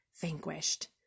vanquished